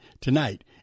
tonight